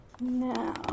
Now